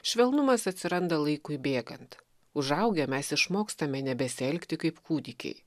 švelnumas atsiranda laikui bėgant užaugę mes išmokstame nebesielgti kaip kūdikiai